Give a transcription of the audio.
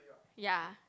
ya